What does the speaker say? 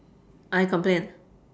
I complain